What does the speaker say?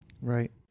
Right